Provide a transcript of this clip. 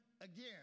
again